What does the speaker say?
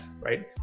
right